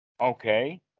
Okay